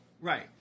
Right